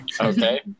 Okay